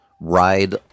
Ride